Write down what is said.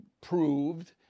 proved